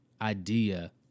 Idea